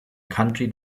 country